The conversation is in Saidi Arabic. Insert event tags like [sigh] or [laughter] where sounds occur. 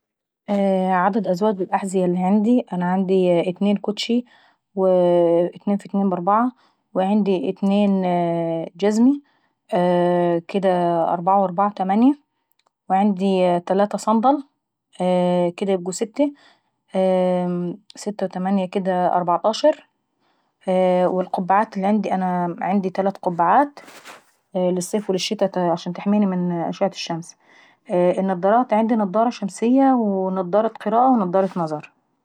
[hesitation] عدد ازواج الاحية اللي عندي اتنين كوتشي، اتنين في اتنين بأربعة، وعندي اتنين جزمي كدا يبقوا أربعة وأربعة تمانية، وعندي تلاتة صندل كدا يبقوا ستي، ستة وتمانية كدا اربعطاشر، و القباعات عندي نا عندي تلات قبعات للصيف وللشتي عشان تحميني من اشعة الشمس. والنضارات عندي نضار شمس ونضارة نظر.